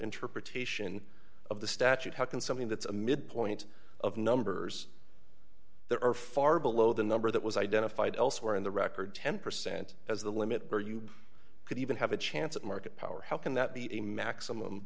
interpretation of the statute how can something that's a midpoint of numbers there are far below the number that was identified elsewhere in the record ten percent as the limit or you could even have a chance at market power how can that be a maximum